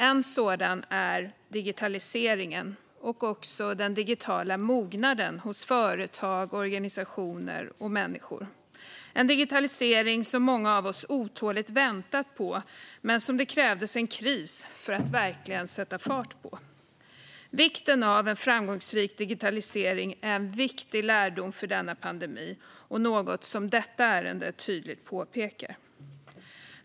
En sådan är digitaliseringen och den digitala mognaden hos företag, organisationer och människor - en digitalisering som många av oss otåligt väntat på men som det krävdes en kris för att verkligen sätta fart på. Vikten av en framgångsrik digitalisering är en viktig lärdom från denna pandemi och något som tydligt påpekas i detta ärende.